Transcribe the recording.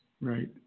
Right